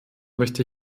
möchte